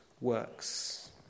works